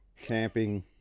camping